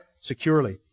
securely